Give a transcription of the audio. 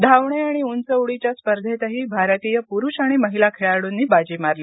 धावणे आणि उंच उडीच्या स्पर्धेतही भारतीय पुरुष आणि महिला खेळाडूंनी बाजी मारली